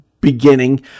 beginning